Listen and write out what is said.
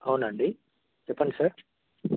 అవునా అండి చెప్పండి సార్